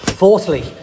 Fourthly